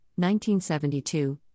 1972